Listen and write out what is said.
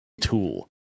tool